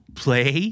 play